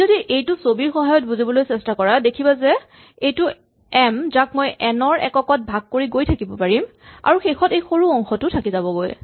তুমি যদি এইটো ছবিৰ সহায়ত বুজিবলৈ চেষ্টা কৰা দেখিবা যে এইটো এম যাক মই এন ৰ এককত ভাগ কৰি গৈ থাকিব পাৰিম আৰু শেষত এই সৰু অংশটো থাকি যাবগৈ